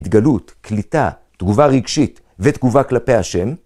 התגלות, קליטה, תגובה רגשית ותגובה כלפי השם.